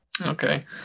Okay